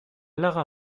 lara